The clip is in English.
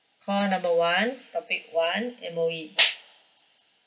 call number one topic one M_O_E